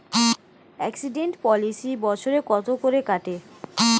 Accident policy বছরে কত করে কাটে?